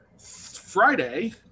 Friday